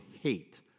hate